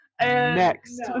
Next